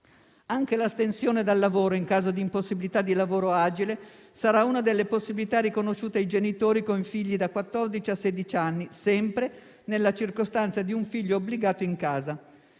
Anche l'astensione dal lavoro, in caso di impossibilità di lavoro agile, sarà una delle possibilità riconosciute ai genitori con figli da quattordici a sedici anni, sempre nella circostanza di un figlio obbligato in casa.